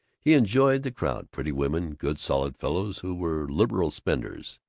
he enjoyed the crowd pretty women, good solid fellows who were liberal spenders.